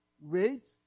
wait